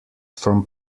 from